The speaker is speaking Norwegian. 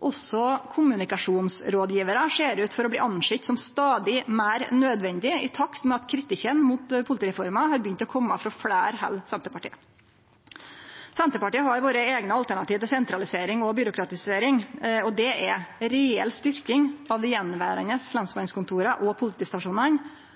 Også kommunikasjonsrådgjevarar ser ut til å bli rekna som stadig meir nødvendige, i takt med at kritikken mot politireforma har begynt å kome frå fleire enn Senterpartiet. Senterpartiet har sine eigne alternativ til sentralisering og byråkratisering, og det er ei reell styrking av dei attverande lensmannskontora og politistasjonane